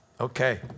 Okay